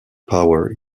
power